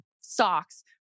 socks